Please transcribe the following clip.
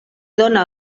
dóna